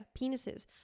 penises